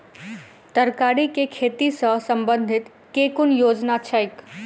तरकारी केँ खेती सऽ संबंधित केँ कुन योजना छैक?